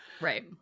Right